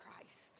Christ